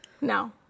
No